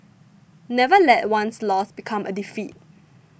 never let one loss become a defeat